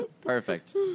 Perfect